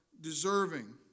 deserving